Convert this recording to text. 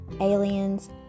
aliens